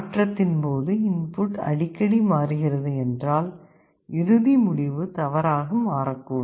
மாற்றத்தின் போது இன்புட் அடிக்கடி மாறுகிறது என்றால் இறுதி முடிவு தவறாக மாறக்கூடும்